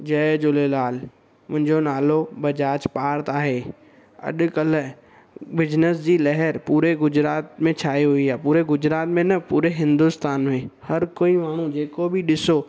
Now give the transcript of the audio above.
जय झूलेलाल मुंहिंजो नालो बजाज पार्थ आहे अॼुकल्ह बिजनेस जी लहर पूरे गुजरात में छाई हुई आहे पूरे गुजरात में न पूरे हिंदुस्तान में हर कोई माण्हू जेको बि ॾिसो